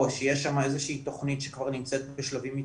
או שיש שם איזה שהיא תכנית שנמצאת בשלבים מתקדמים,